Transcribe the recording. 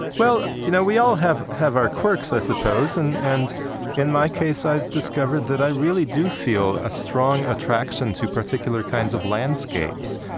well, you know, we all have have our quirks, i suppose, and and in my case, i've discovered that really do feel a strong attraction to particular kinds of landscapes,